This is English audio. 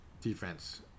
defense